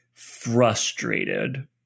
frustrated